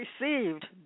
received